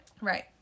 Right